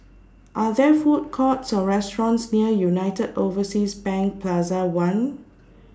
Are There Food Courts Or restaurants near United Overseas Bank Plaza one